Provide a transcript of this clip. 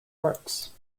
works